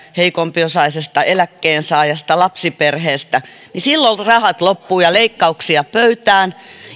heikompiosaisesta eläkkeensaajasta lapsiperheestä niin silloin rahat loppuvat ja leikkauksia pöytään